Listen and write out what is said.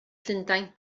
llundain